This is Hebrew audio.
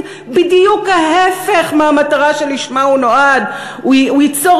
בדיוק ההפך מהמטרה שלשמה הוא נועד: הוא ייצור